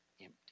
empty